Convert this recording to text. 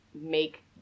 make